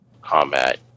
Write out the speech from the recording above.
combat